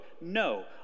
No